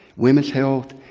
women's health,